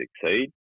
succeed